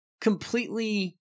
completely